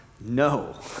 No